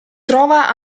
trova